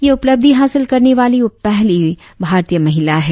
यह उपलब्धि हासिल करने वाली वह पहली भार ईय महिला हैं